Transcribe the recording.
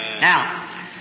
Now